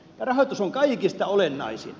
rahoitus on kaikista olennaisin